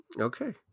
okay